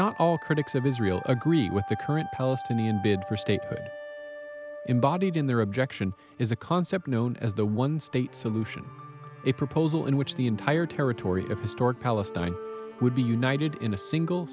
not all critics of israel agree with the current palestinian bid for statehood embodied in their objection is a concept known as the one state solution a proposal in which the entire territory of historic palestine would be united in a single